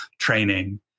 training